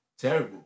terrible